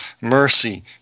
mercy